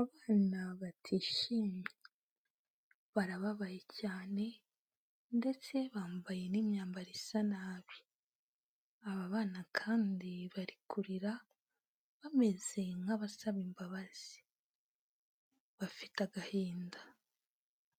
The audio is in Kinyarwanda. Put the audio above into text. Abana batishimye, barababaye cyane, ndetse bambaye n'imyambaro isa nabi, aba bana kandi bari kurira, bameze nk'abasaba imbabazi, bafite agahinda,